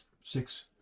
six